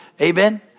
amen